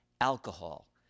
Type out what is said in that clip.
alcohol